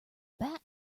bat